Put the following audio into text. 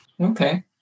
Okay